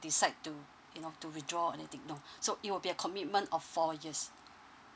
decide to you know to withdraw or anything no so it will be a commitment of four years